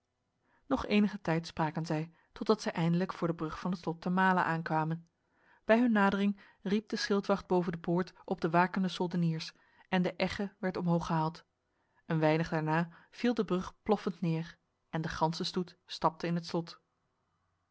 nog enige tijd spraken zij totdat zij eindelijk voor de brug van het slot te male aankwamen bij hun nadering riep de schildwacht boven de poort op de wakende soldeniers en de egge werd omhooggehaald een weinig daarna viel de brug ploffend neer en de ganse stoet stapte in het slot